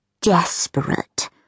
desperate